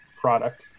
product